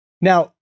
Now